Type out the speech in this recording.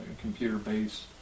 computer-based